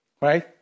right